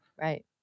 Right